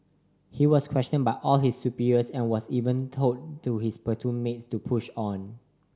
he was questioned by all his superiors and was even told to his platoon mates to push on